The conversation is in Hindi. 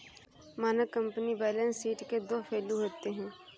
मानक कंपनी बैलेंस शीट के दो फ्लू होते हैं